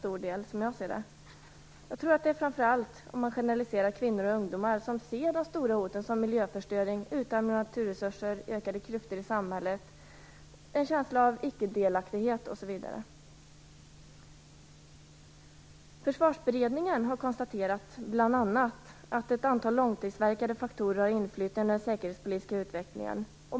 Om man generaliserar är det framför allt kvinnor och ungdomar som ser de stora hoten miljöförstöring, utarmning av naturresurser, ökande klyftor i samhället, en känsla av icke-delaktighet osv. Försvarsberedningen har konstaterat bl.a. att ett antal långtidsverkande faktorer har inflytande över den säkerhetspolitiska utvecklingen.